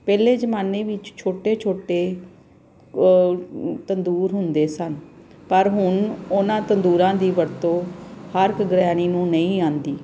ਪਹਿਲੇ ਜ਼ਮਾਨੇ ਵਿੱਚ ਛੋਟੇ ਛੋਟੇ ਤੰਦੂਰ ਹੁੰਦੇ ਸਨ ਪਰ ਹੁਣ ਉਹਨਾਂ ਤੰਦੂਰਾਂ ਦੀ ਵਰਤੋਂ ਹਰ ਇੱਕ ਗ੍ਰਹਿਣੀ ਨੂੰ ਨਹੀਂ ਆਉਂਦੀ